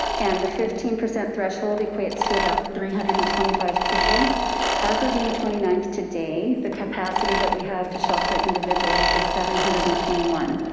and the fifteen percent threshold equates to about three hundred and twenty five people as of may twenty ninth today, the capacity that we have to shelter individuals is seven hundred and twenty one.